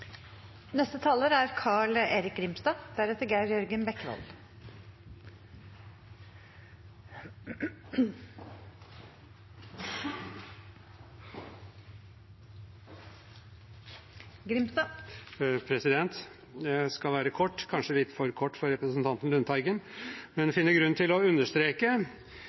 Jeg skal være kort – kanskje litt for kort for representanten Lundteigen – men finner grunn til å understreke: